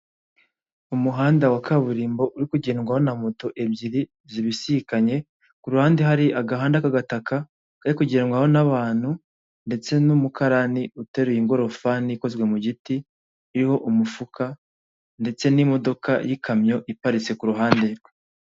Umuhanda wa kaburimbo uri kugendwaho na moto ebyiri zibisikanye, ku ruhande hari agahanda k'agataka kari kugendwaho n'abantu ndetse n'umukarani uteruye ingofani ikozwe mu giti, iriho umufuka ndetse n'imodoka y'ikamyo iparitse ku ruhande rwe.